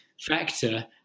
factor